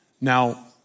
Now